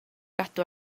gadw